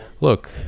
Look